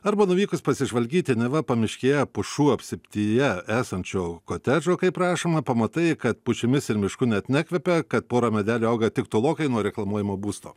arba nuvykus pasižvalgyti neva pamiškėje pušų apsuptyje esančio kotedžo kaip rašoma pamatai kad pušimis ir mišku net nekvepia kad pora medelių auga tik tolokai nuo reklamuojamo būsto